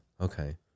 okay